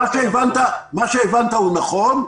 מה שהבנת הוא נכון.